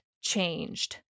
changed